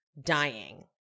Dying